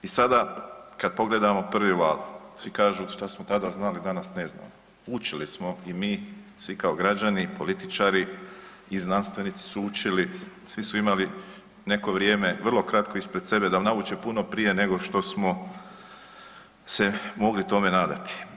I sada kad pogledamo prvi val, svi kažu šta smo tada znali danas ne znamo, učili smo i mi svi kao građani i političari i znanstvenici su učili, svi su imali neko vrijeme vrlo kratko ispred sebe da nauče puno prije nego što smo se mogli tome nadati.